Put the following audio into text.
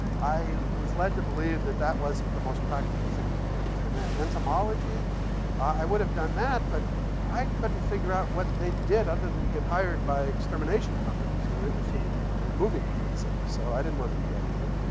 i was led to believe that that wasn't the most practical thing to do. and then entomology i would've done that, but i couldn't figure out what they did other than get hired by extermination companies who interested in removing insects, so i didn't want to do that, either.